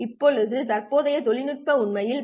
இப்போது தற்போதைய தொழில்நுட்பம் உண்மையில் 100 Gbps